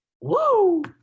Woo